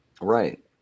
Right